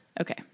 Okay